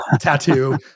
tattoo